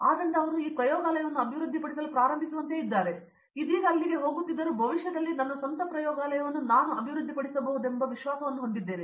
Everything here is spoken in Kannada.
ಆದ್ದರಿಂದ ಮತ್ತು ಅವರು ಈ ಪ್ರಯೋಗಾಲಯವನ್ನು ಅಭಿವೃದ್ಧಿಪಡಿಸಲು ಪ್ರಾರಂಭಿಸುವಂತೆಯೇ ಇದ್ದಾರೆ ಇದೀಗ ಅಲ್ಲಿಗೆ ಹೋಗುತ್ತಿದ್ದರೂ ಭವಿಷ್ಯದಲ್ಲಿ ನನ್ನ ಸ್ವಂತ ಪ್ರಯೋಗಾಲಯವನ್ನು ನಾನು ಅಭಿವೃದ್ಧಿಪಡಿಸಬಹುದೆಂಬ ವಿಶ್ವಾಸವನ್ನು ನಾನು ಹೊಂದಿದ್ದೇನೆ